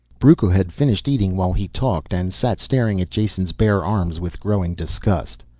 brucco had finished eating while he talked, and sat staring at jason's bare arms with growing disgust.